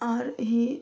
आओर ही